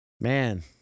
Man